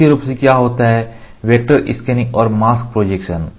मुख्य रूप से क्या होता है वेक्टर स्कैनिंग और मास्क प्रोजेक्शन